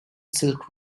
silk